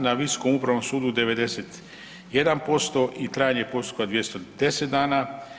Na Visokom upravnom sudu 91% i trajanje postupka je 210 dana.